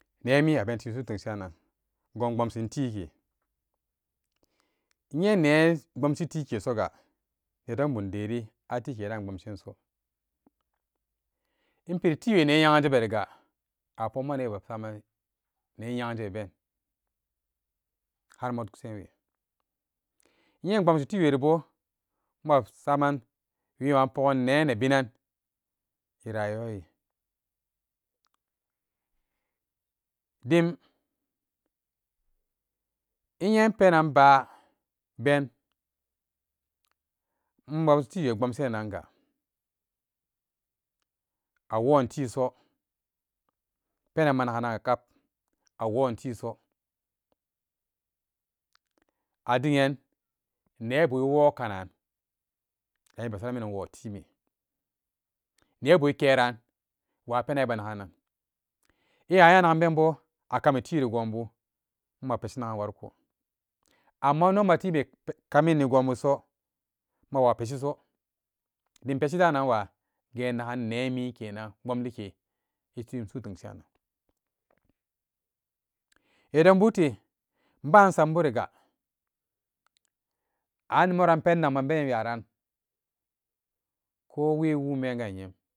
Nemi aben timsu temshirannan gon bomsin tike innyene bomshi tike soga nedon bum deni atike dan bomshin so inpiritiwe neyeganjebenga apukmanan mibesaman nenyeganjebeben har ma duksen wee inye inbomsi tiweribo maa saman wiman bogan ne nebinan e rayuwa we dim innyepenan babennmatiwe bomsinanga awontiso penan ma nagananga kap awontiiso adigen nebe e wo kanan da inbesara nan inwo time nebu e keran wa penan ebe naganan ewa nya nagan ben bo akami tiiri gonbu ma peshi nagan wanko amma inno matibe pe kamini gonbuso mawaa peshi so dim peshi dananwa gennangan neemi kenan bomli ke etim su'u tenshirannan nedon buuto inbo insamburiga an e moran pen nakman benyem yaraan ko wee wun ben ganyem